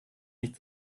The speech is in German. nicht